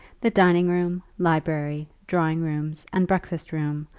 the dining-room, library, drawing-rooms, and breakfast-room,